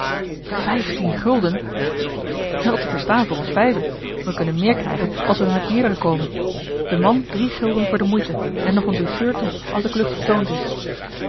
vijftien gulden wel te verstaan voor ons vijven wij kunnen meer krijgen als wij met meerderen komen de man drie gulden voor de moeite en nog eene douceur toe als de klucht vertoond is